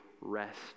rest